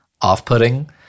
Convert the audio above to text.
off-putting